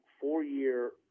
four-year